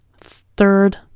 third